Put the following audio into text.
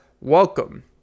welcome